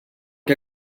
que